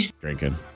Drinking